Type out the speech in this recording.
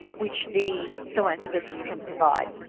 which the philanthropists can provide.